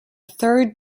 third